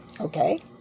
okay